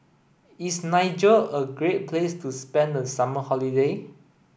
is Niger a great place to spend the summer holiday